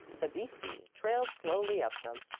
the beastie trailed slowly up them.